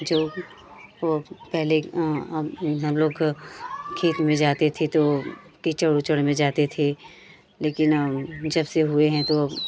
जो वह पहले हम लोग खेत में जाते थे तो कीचड़ उचड़ में जाते थे लेकिन अब जब से हुए हैं तो अब